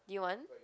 do you want